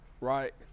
right